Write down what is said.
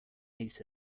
ate